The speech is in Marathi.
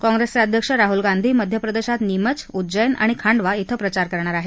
काँप्रेसचे अध्यक्ष राहुल गांधी मध्य प्रदेशात नीमच उज्जप्तआणि खांडवा क्रि प्रचार करणार आहेत